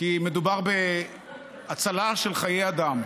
כי מדובר בהצלה של חיי אדם,